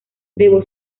debo